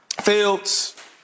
Fields